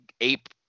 ape